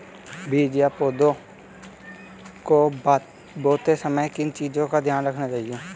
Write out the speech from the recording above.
बीज या पौधे को बोते समय किन चीज़ों का ध्यान रखना चाहिए?